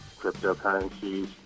cryptocurrencies